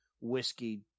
whiskey